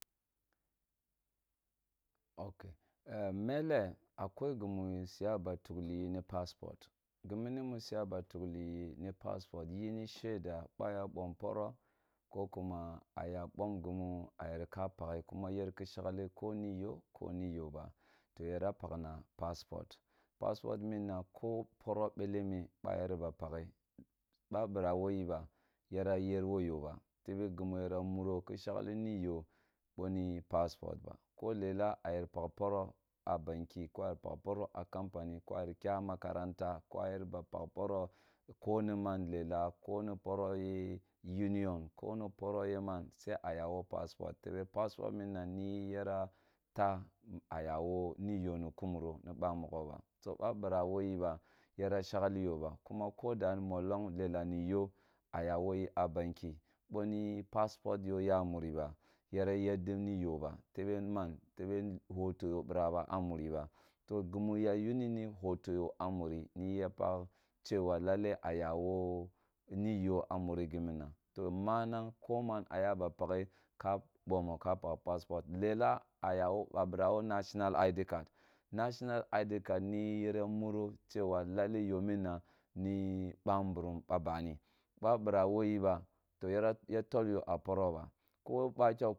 Ok e mele akwoi gemu siya ba tughe yi ni paspot guminie siya ba tughel ye ni paspot yini shefa boa ya bom poro ko kuma a ye bom gimuy a yer ka pakh kuma yer ke shaghe ko ni yo ko ni yo ba to yara pahkna paspot paspot minna ko poro beleme ba yer ba paghe ba bira wo ye bba yara yer wo yo ba tebe gemu yara muro ki shgh ni yo boni paspor ba ko lela a yer pakh poro a banki ko a yer pakh poro a kampany ko ayer pakh poro a kampany ko. A yer kya makaranta ko a yer ba pakh poro ko ni man lela koni poro ye wunion ko ni poro ye man, so a ya wo paspot tebe paspot munna niyi yara ta aya wo miyo ni kumoro na bammogho ba so ba bira wo yiba yara sheghyo ba kuma ka da mollong lela ne yo a ya woyi a banta boni paspot yo ya muri ba yara yaddi ni yoba tebeni man tebe hoto ya bira ba a muri ba to gimu ya yuni ri hoto yo a. Muri ni ye ya pakh cewa lalle a ya wo ni yo a muri giminna to manang koman a yaba pakhe ka bomo ka pakh paspot lela a ya wo wa bira wo nashinal aidi kad, nashinal aidi kad niyi yara muro cewa lalle yo mmna ni bamburum bawni ba lara wi yi ba yarayatol yo a poro ba, ko yi ba yarayatol yo a poro ba, ko ba kya